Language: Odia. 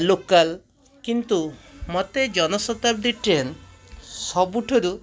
ଲୋକାଲ କିନ୍ତୁ ମୋତେ ଜନଶତାବ୍ଦୀ ଟ୍ରେନ ସବୁଠାରୁ